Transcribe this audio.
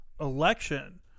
election